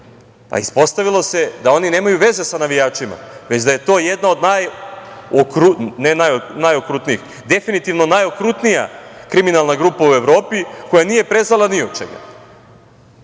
Ispostavilo se da oni nemaju veze sa navijačima, već da je to jedna od najokrutnijih, ne najokrutnijih, definitivno najokrutnija kriminalna grupa u Evropi koja nije prezala ni od čega.